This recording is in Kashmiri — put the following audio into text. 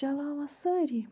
چَلاوان سٲری